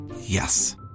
Yes